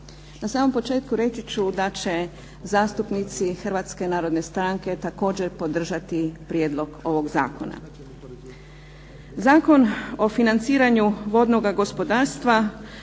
Na samom početku reći ću da će zastupnici Hrvatske narodne stranke također podržati prijedlog ovog zakona. Zakon o financiranju vodnoga gospodarstva